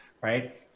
right